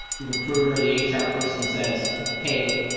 the recruiter, the hr person says, hey,